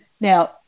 Now